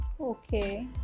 Okay